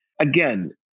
again